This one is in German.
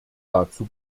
dazu